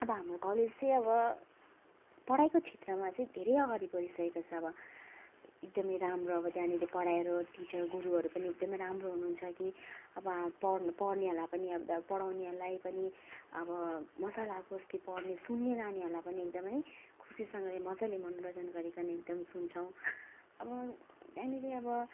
अब हाम्रो कलेज चाहिँ अब पढाइको क्षेत्रमा चाहिँ धेरै अगाडि बढिसकेको छ अब एकदमै राम्रो अब त्यहाँनिर पढाइहरू टिचर गुरुहरू पनि एकदमै राम्रो हुनुहुन्छ कि अब हाम पढ्नु पढ्नेहरूलाई पनि पढाउनेहरूलाई पनि अब मजा लागोस् कि पढ्ने सुन्ने नानीहरूलाई पनि एकदमै खुसीसँगले मजाले मनोरञ्जन गरीकन एकदम सुन्छौँ अब त्यहाँनिर अब